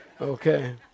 okay